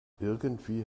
irgendwie